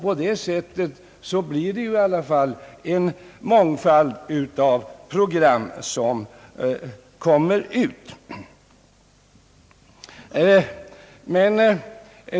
På så sätt uppnår man i alla fall en mångfald av program.